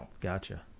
Gotcha